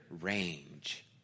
range